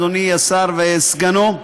אדוני השר וסגנו,